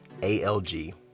alg